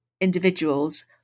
individuals